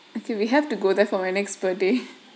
okay we have to go there for my next birthday